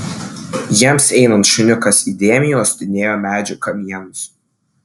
jiems einant šuniukas įdėmiai uostinėjo medžių kamienus